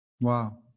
Wow